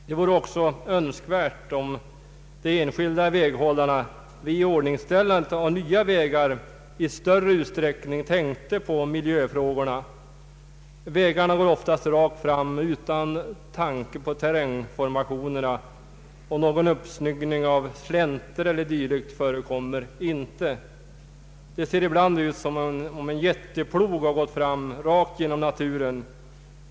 Det vore också önskvärt om de enskilda väghållarna vid iordningställandet av nya vägar i större utsträckning tänkte på miljöfrågorna. Vägarna går oftast rakt fram utan tanke på terrängformationerna, och någon uppsnyggning av slänter och dylikt förekommer inte. Det ser ibland ut som om en jätteplog gått fram rakt genom naturen.